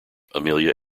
amelia